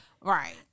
Right